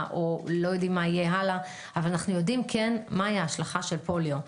או לא יודעים מה יהיה הלאה אבל אנו יודעים מה ההשלכה של פוליו,